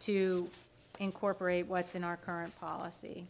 to incorporate what's in our current policy